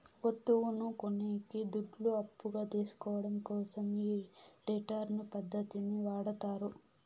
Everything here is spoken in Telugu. వత్తువును కొనేకి దుడ్లు అప్పుగా తీసుకోవడం కోసం ఈ రిటర్న్స్ పద్ధతిని వాడతారు